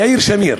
יאיר שמיר,